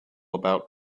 about